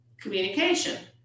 communication